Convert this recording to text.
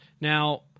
Now